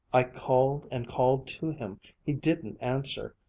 i called and called to him he didn't answer.